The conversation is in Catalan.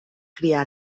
criar